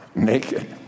naked